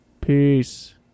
Peace